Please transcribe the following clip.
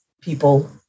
people